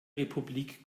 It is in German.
republik